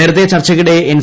നേരത്തെ ചർച്ചയ്ക്കിടെ എൻ